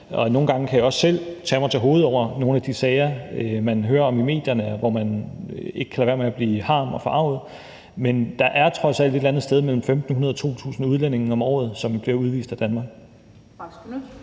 og nogle gange kan jeg også selv tage mig til hovedet over nogle af de sager, man hører om i medierne, hvor man ikke kan lade være med at blive harm og forarget. Men der er trods alt et eller andet sted mellem 1.500 og 2.000 udlændinge om året, som bliver udvist af Danmark.